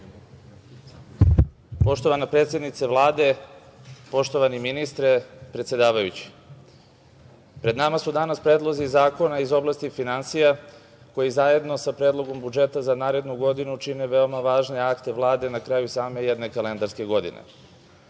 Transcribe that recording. Poštovana predsednice Vlade, poštovani ministre, predsedavajući, pred nama su danas predlozi zakona iz oblasti finansija koji zajedno sa Predlogom budžeta za narednu godinu čine veoma važan akt Vlade na kraju same jedne kalendarske godine.